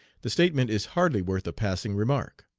the statement is hardly worth a passing remark.